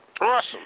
Awesome